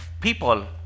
people